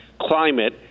climate